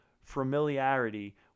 familiarity